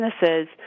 businesses